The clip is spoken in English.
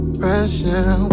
pressure